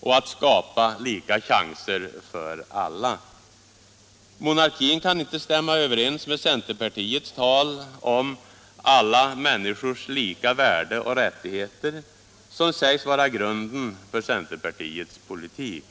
och ”att skapa lika chanser för alla”. Monarkin kan inte stämma överens med centerpartiets tal om ”alla människors lika värde och rättigheter”, som sägs vara grunden för centerpartiets politik.